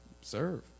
Serve